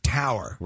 tower